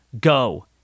go